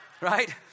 Right